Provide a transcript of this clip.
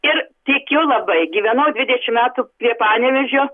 ir tikiu labai gyvenau dvidešimt metų prie panevėžio